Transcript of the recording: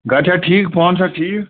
گَرِ چھا ٹھیٖک پانہٕ چھا ٹھیٖک